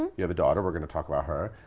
you have a daughter. we're gonna talk about her